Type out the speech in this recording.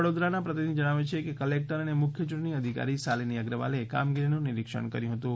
વડોદરાના પ્રતિનિધિ જણાવે છે કે કલેકટર અને મુખ્ય ચૂંટણી અધિકારી શાલિની અગ્રવાલે કામગીરીનું નિરીક્ષણ કર્યું હતુ